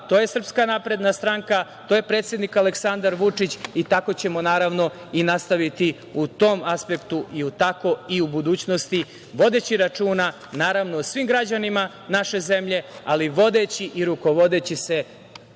To je SNS, to je predsednik Aleksandar Vučić i tako ćemo naravno i nastaviti u tom aspektu i tako u budućnosti, vodeći računa naravno o svim građanima naše zemlje, ali vodeći i rukovodeći se